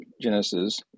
Genesis